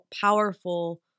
powerful